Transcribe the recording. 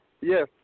Yes